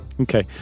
Okay